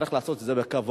צריך לעשות את זה בכבוד,